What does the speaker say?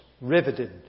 riveted